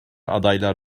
adaylar